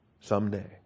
someday